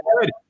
good